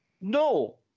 No